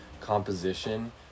composition